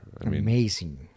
Amazing